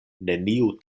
neniu